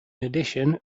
addition